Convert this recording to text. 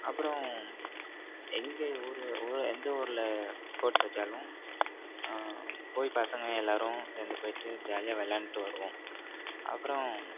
அப்புறம் எங்கள் ஊர் ஊர் எந்த ஊரில் ஸ்போட்ஸ் வச்சாலும் போய் பசங்க எல்லோரும் சேந்து போயிட்டு ஜாலியாக விளாண்ட்டு வருவோம் அப்புறம்